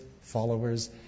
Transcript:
followers